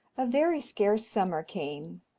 a very scarce summer came,